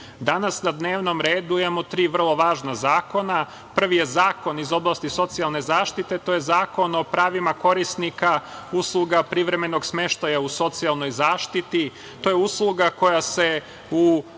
danas na dnevnom redu imamo tri vrlo važna zakona. Prvi je zakon iz oblasti socijalne zaštite, to je Zakon o pravima korisnika usluga privremenog smeštaja u socijalnoj zaštiti. To je usluga koja se u